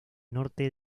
norte